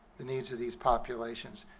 the needs of these populations.